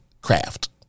craft